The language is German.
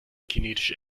kinetische